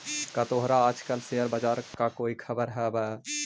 का तोहरा आज कल शेयर बाजार का कोई खबर हवअ